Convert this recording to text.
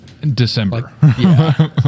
December